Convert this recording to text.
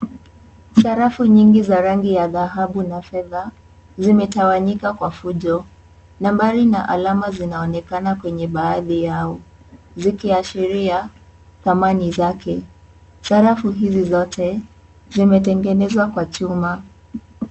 Sarafu nyingi za rangi ya dhahabu na fedha zimetawanyika kwa fujo. Nambari na alama zinaonekana kwenye baadhi yao zikiashiria thamani zake. Sarafu hizi zote zimetengenezwa kwa chuma.